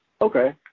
Okay